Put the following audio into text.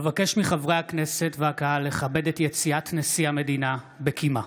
אבקש מחברי הכנסת והקהל לכבד את יציאת נשיא המדינה בקימה.